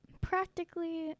Practically